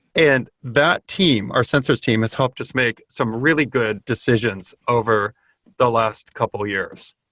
and that team, our sensors team, has helped us make some really good decisions over the last couple years.